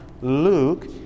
Luke